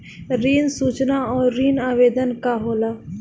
ऋण सूचना और ऋण आवेदन का होला?